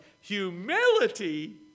Humility